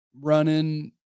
running